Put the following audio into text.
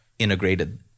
integrated